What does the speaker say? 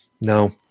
no